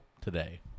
today